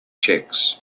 checks